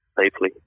safely